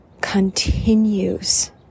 continues